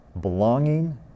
belonging